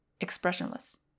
expressionless